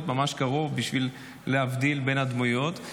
ממש קרוב כדי להבדיל בין הדמויות.